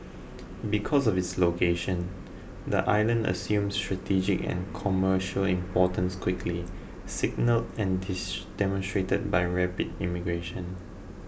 because of its location the island assumed strategic and commercial importance quickly signalled and demonstrated by rapid immigration